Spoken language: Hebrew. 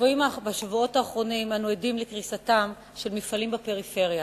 בשבועות האחרונים אנו עדים לקריסתם של מפעלים בפריפריה